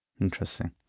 Interesting